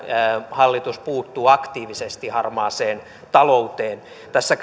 hallitus puuttuu aktiivisesti harmaaseen talouteen tässä